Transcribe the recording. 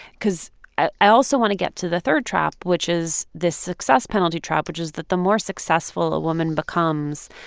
cause i also want to get to the third trap, which is the success penalty trap, which is that the more successful a woman becomes,